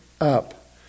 up